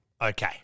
Okay